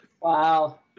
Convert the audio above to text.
Wow